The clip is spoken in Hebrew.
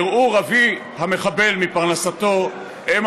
ערעור פרנסתו של אבי המחבל,